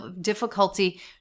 difficulty